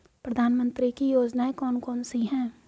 प्रधानमंत्री की योजनाएं कौन कौन सी हैं?